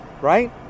right